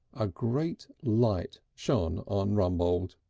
a great light shone on rumbold.